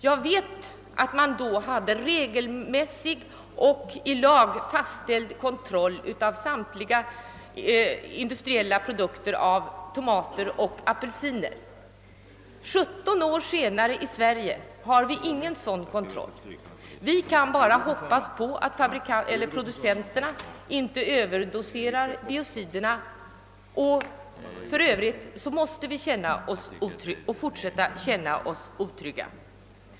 Där hade man redan då en i lag fastställd kontroll av samtliga industriella produkter av apelsiner och tomater. Här i Sverige har vi nu, 17 år senare, ingen sådan kontroll. Vi kan bara hoppas att producenterna inte överdoserar biociderna; i övrigt får vi fortsätta med att känna oss otrygga.